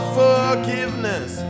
forgiveness